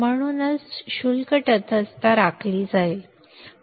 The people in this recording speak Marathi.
म्हणूनच शुल्क तटस्थता राखली जाईल